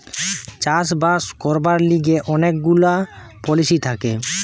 চাষ বাস করবার লিগে অনেক গুলা পলিসি থাকে